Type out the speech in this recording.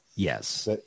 yes